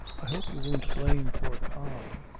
i hope you won't blame poor con.